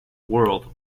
world